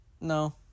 No